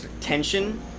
tension